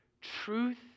truth